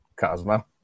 cosmo